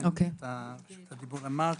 אמרת